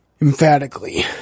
emphatically